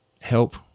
help